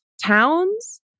Towns